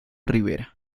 rivera